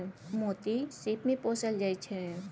मोती सिप मे पोसल जाइ छै